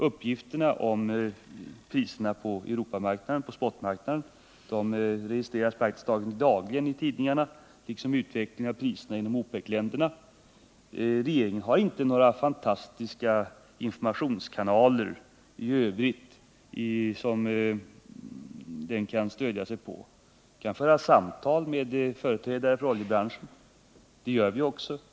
Uppgifterna om priserna på spotmarknaden i Europa registreras praktiskt taget dagligen i tidningarna, liksom utvecklingen av priserna inom OPEC länderna. Regeringen har inte några fantastiska informationskanaler i övrigt som den kan stödja sig på. Regeringen kan föra samtal med företrädare för oljebranschen. Det gör vi också.